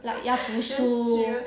like 要读书